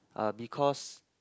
uh because